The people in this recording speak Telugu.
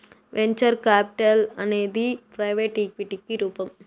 వెంచర్ కాపిటల్ అనేది ప్రైవెట్ ఈక్విటికి రూపం